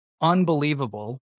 unbelievable